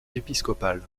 épiscopal